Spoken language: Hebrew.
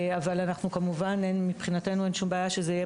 אבל אנחנו כמובן מבחינתנו אין שום בעיה שזה יהיה